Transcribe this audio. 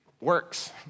works